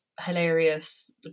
hilarious